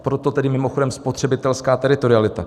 Proto tedy mimochodem spotřebitelská teritorialita.